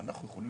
ואמרנו